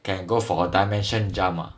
can go for dimension jump ah